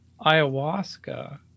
ayahuasca